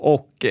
Och